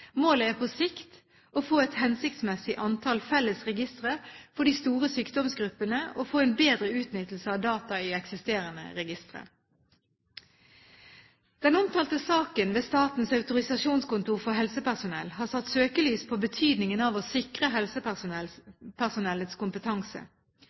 Målet er på sikt å få et hensiktsmessig antall felles registre for de store sykdomsgruppene og en bedre utnyttelse av data i eksisterende registre. Den omtalte saken ved Statens autorisasjonskontor for helsepersonell har satt søkelys på betydningen av å sikre